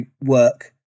work